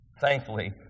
Thankfully